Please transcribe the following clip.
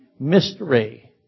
Mystery